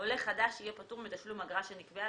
עולה חדש יהיה פטור מתשלום אגרה שנקבעה